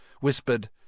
whispered